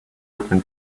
open